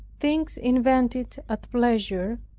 things invented at pleasure,